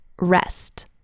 rest